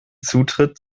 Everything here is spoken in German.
zutritt